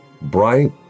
bright